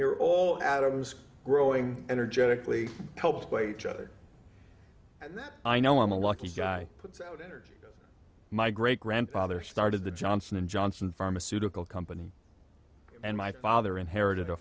you're all atoms growing energetically help weight and that i know i'm a lucky guy puts out energy my great grandfather started the johnson and johnson pharmaceutical company and my father inherited a